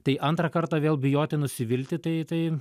tai antrą kartą vėl bijoti nusivilti tai tai